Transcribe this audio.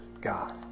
God